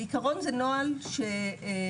בעיקרון זה נוהל שנדון